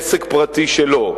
זה עסק פרטי שלו.